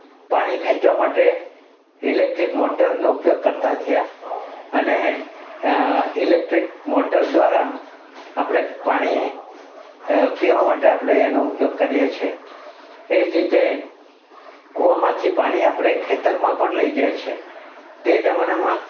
પાણી ખેંચવા માટે ઇલેક્ટ્રિક મોટરનો ઉપયોગ કરતાં થયાં અને ઇલેક્ટ્રિક મોટર દ્વારા આપણે પાણી પીવા માટે આપણે એનો ઉપયોગ કરીએ છીએ એ જ રીતે કૂવામાંથી પાણી આપણે ખેતરમાં પણ લઈ જાય છે તે જમાનામાં